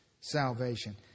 salvation